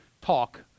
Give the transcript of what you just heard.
talk